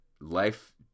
life